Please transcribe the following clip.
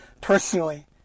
personally